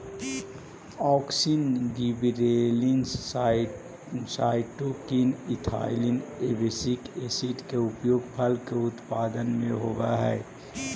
auxin, gibberellins, cytokinin, ethylene, abscisic acid के उपयोग फल के उत्पादन में होवऽ हई